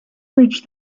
bridge